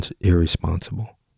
irresponsible